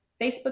Facebook